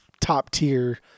top-tier